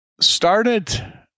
started